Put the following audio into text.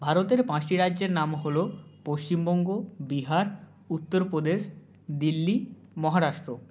ভারতের পাঁচটি রাজ্যের নাম হলো পশ্চিমবঙ্গ বিহার উত্তর প্রদেশ দিল্লি মহারাষ্ট্র